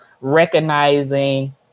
recognizing